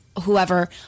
whoever